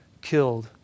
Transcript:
killed